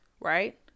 right